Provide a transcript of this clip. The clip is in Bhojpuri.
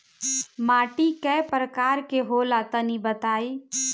माटी कै प्रकार के होला तनि बताई?